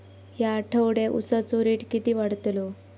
या आठवड्याक उसाचो रेट किती वाढतलो?